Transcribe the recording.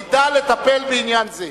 נדע לטפל בעניין זה.